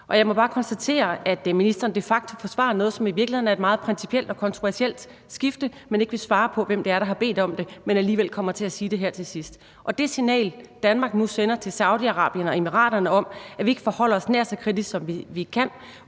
og jeg må bare konstatere, at ministeren de facto forsvarer noget, som i virkeligheden er et meget principielt og kontroversielt skifte, og ikke vil svare på, hvem der har bedt om det, men alligevel kommer til at sige det her til sidst. Det signal, Danmark nu sender til Saudi-Arabien og Emiraterne om, at vi ikke forholder os nær så kritisk, som vi kan,